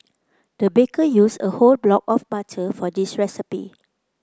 the baker used a whole block of butter for this recipe